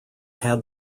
had